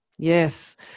Yes